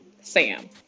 sam